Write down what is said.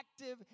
active